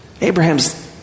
Abraham's